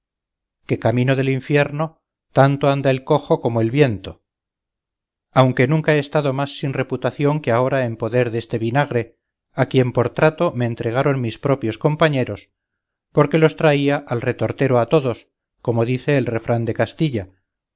que camino del infierno tanto anda el cojo como el viento aunque nunca he estado más sin reputación que ahora en poder deste vinagre a quien por trato me entregaron mis propios compañeros porque los traía al retortero a todos como dice el refrán de castilla